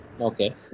Okay